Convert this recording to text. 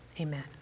amen